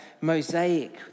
mosaic